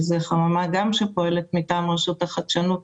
שזאת חממה שפועלת מוטעם רשות החדשנות,